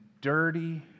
dirty